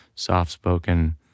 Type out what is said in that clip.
Soft-spoken